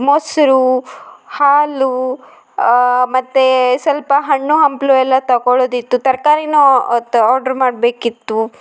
ಮೊಸರು ಹಾಲು ಮತ್ತು ಸ್ವಲ್ಪ ಹಣ್ಣು ಹಂಪಲು ಎಲ್ಲ ತಕೊಳ್ಳೋದಿತ್ತು ತರಕಾರಿನೂ ತ ಆಡ್ರ್ ಮಾಡಬೇಕಿತ್ತು